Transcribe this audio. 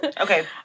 Okay